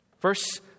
Verse